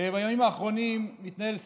בימים האחרונים מתנהל שיח,